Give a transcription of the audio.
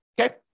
Okay